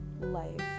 life